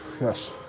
Yes